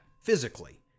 physically